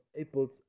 apples